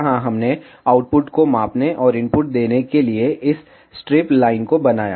यहां हमने आउटपुट को मापने और इनपुट देने के लिए इस स्ट्रिप लाइन को बनाया